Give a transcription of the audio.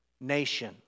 nation